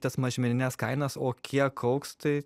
tas mažmenines kainas o kiek augs tai